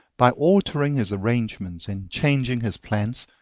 by altering his arrangements and changing his plans,